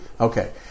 Okay